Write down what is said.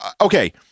Okay